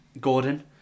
Gordon